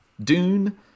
Dune